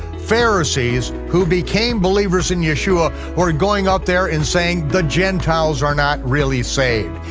pharisees, who became believers in yeshua, who are going up there and saying, the gentiles are not really saved.